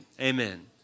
amen